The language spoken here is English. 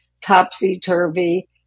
topsy-turvy